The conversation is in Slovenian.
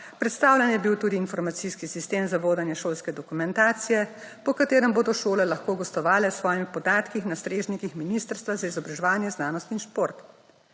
predstavljen je bil tudi informacijski sistem za vodenje šolske dokumentacije, po katerem bodo šole lahko gostovale s svojimi podatki na strežnikih ministrstva za izobraževanje znanost in šport.